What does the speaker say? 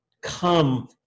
come